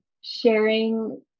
sharing